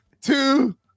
two